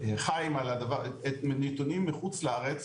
חיים נתונים מחוץ לארץ,